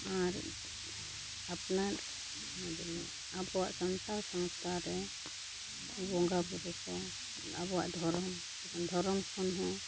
ᱟᱨ ᱟᱯᱱᱟᱨ ᱚᱱᱟ ᱡᱚᱱᱱᱚ ᱟᱵᱚᱣᱟᱜ ᱥᱟᱱᱛᱟᱲ ᱥᱟᱶᱛᱟᱨᱮ ᱵᱚᱸᱜᱟ ᱵᱩᱨᱩ ᱠᱚ ᱟᱵᱚᱣᱟᱜ ᱫᱷᱚᱨᱚᱢ ᱫᱷᱚᱨᱚᱢ ᱠᱷᱚᱱ ᱦᱚᱸ